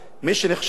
מי שנכשל,